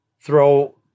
throw